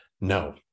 No